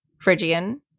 Phrygian